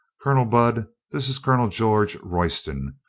colonel budd, this is colonel george royston,